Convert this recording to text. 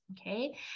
Okay